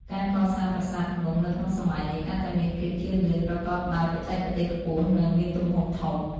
ការកសាងប្រាសាទភ្នំនៅក្នុងសម័យនេះកាន់តែមានភាពជឿនលឿន ប្រកប ដោយបច្ចេកទេសខ្ពស់ និង មានទំហំធំ។